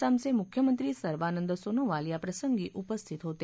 असमचे मुख्यमंत्री सर्बानंद सोनोवाल या प्रसंगी उपस्थित होते